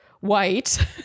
White